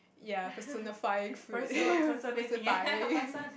ya personal ~fying fruit person ~fying